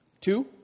Two